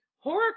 Horror